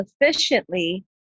efficiently